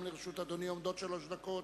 גם לרשות אדוני עומדות שלוש דקות.